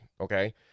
Okay